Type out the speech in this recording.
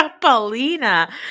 paulina